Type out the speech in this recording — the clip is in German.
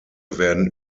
werden